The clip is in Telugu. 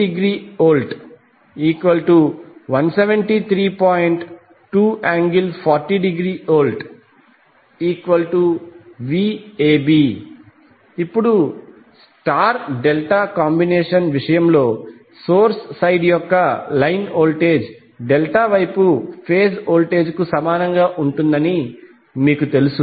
2∠40°VVAB ఇప్పుడు స్టార్ డెల్టా కాంబినేషన్ విషయంలో సోర్స్ సైడ్ యొక్క లైన్ వోల్టేజ్ డెల్టా వైపు ఫేజ్ వోల్టేజ్ కు సమానంగా ఉంటుందని మీకు తెలుసు